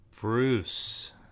Bruce